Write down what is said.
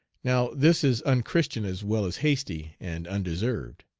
now this is unchristian as well as hasty and undeserved.